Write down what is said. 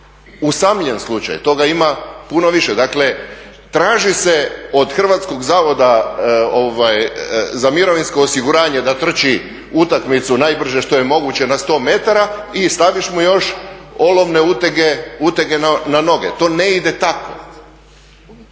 usamljen slučaj, toga ima puno više. Dakle, traži se od Hrvatskog zavoda za mirovinsko osiguranje da trči utakmicu najbrže što je moguće na 100 metara i staviš mu još olovne utege na noge, to ne ide tako.